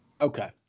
Okay